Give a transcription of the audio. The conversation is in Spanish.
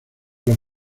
los